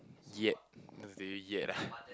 yet that's the thing yet ah